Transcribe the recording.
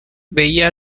veía